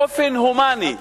באופן הומני,